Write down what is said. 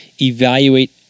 evaluate